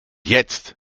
jetzt